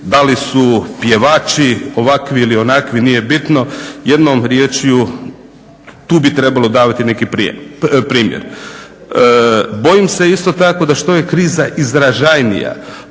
da li su pjevači ovakvi ili onakvi nije bitno, jednom riječju tu bi trebalo davati neki primjer. Bojim se isto tako da što je kriza izražajnija,